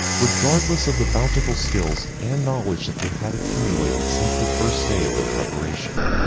regardless of the bountiful skills and knowledge that they had accumulated since the first day of their preparation.